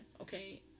okay